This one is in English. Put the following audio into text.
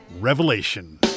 Revelation